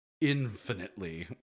infinitely